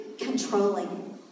controlling